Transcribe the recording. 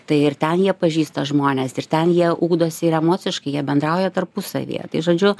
tai ir ten jie pažįsta žmones ir ten jie ugdosi emociškai jie bendrauja tarpusavyje tai žodžiu